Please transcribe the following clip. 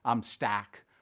stack